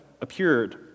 appeared